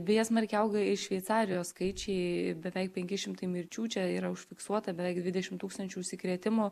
beje smarkiai auga ir šveicarijos skaičiai beveik penki šimtai mirčių čia yra užfiksuota beveik dvidešimt tūkstančių užsikrėtimų